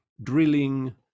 drilling